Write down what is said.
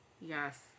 Yes